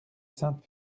sainte